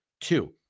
Two